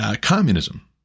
communism